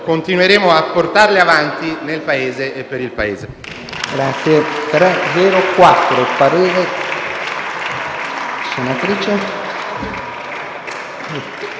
Continueremo a portarle avanti nel Paese e per il Paese.